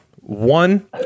One